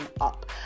up